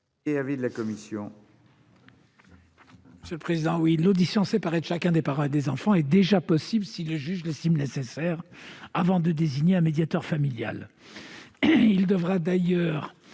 l'avis de la commission ?